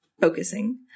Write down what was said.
focusing